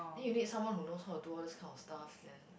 then you need someone who knows how to do all those kind of stuff then